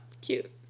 Cute